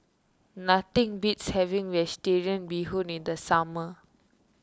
nothing beats having Vegetarian Bee Hoon in the summer